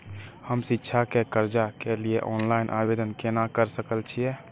हम शिक्षा के कर्जा के लिय ऑनलाइन आवेदन केना कर सकल छियै?